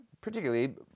particularly